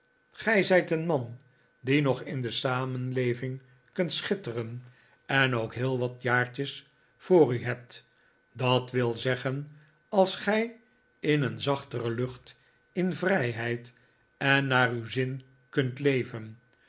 gij zijt een man die nog in de samenleving kunt schitteren en nog heel wat jaartjes voor u hebt dat wil zeggen als gij in een zachtere lucht in vrijheid en naar uw zin kunt leven